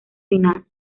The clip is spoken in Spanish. final